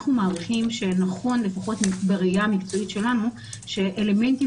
אנחנו מעריכים שנכון לפחות בראייה המקצועית שלנו שאלמנטים